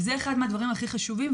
וזה אחד מהדברים הכי חשובים.